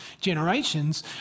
generations